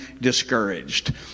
discouraged